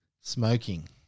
Smoking